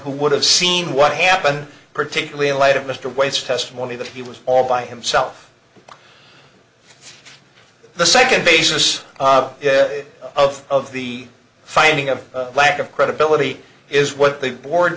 who would have seen what happened particularly in light of mr white's testimony that he was all by himself the second basis of the finding a lack of credibility is what the board